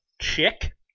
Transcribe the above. Chick